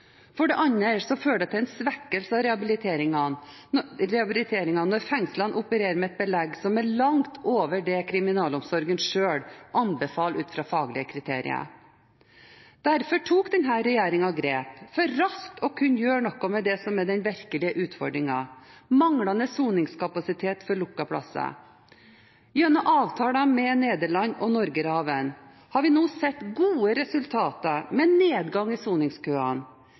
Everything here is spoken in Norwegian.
For det andre fører det til en svekkelse av rehabiliteringen når fengslene opererer med et belegg som er langt over det kriminalomsorgen selv anbefaler ut fra faglige kriterier. Derfor tok denne regjeringen grep for raskt å kunne gjøre noe med det som er den virkelige utfordringen: manglende soningskapasitet for lukkede plasser. Gjennom avtalen med Nederland og Norgerhaven har vi nå sett gode resultater med nedgang i soningskøene.